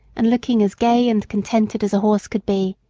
and looking as gay and contented as a horse could be.